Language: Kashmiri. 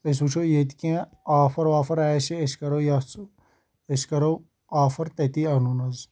أسۍ وٕچھو ییٚتہِ کیٚنٛہہ آفَر وافَر آسہِ أسۍ کَرو یَتھ سُہ أسۍ کَرو آفَر تٔتی اَنُن حظ